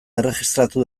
erregistratu